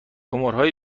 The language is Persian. موتورهای